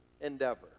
endeavor